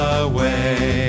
away